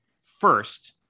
first